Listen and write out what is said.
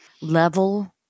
level